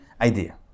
idea